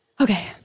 Okay